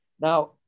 Now